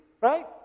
right